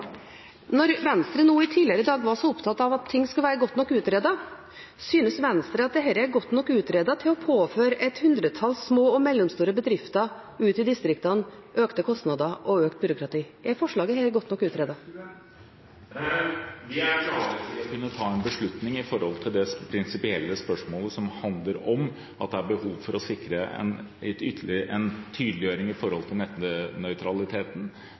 Når Venstre tidligere i dag var så opptatt av at ting skal være godt nok utredet, synes Venstre at dette er godt nok utredet til å påføre et hundretalls små og mellomstore bedrifter ute i distriktene økte kostnader og økt byråkrati? Er dette forslaget godt nok utredet? Vi er klare til å ta en beslutning om det prinsipielle spørsmålet som handler om at det er behov for å sikre en tydeliggjøring når det gjelder nettnøytralitet. Når det gjelder hvilke konsekvenser og kostnader dette vil kunne føre til,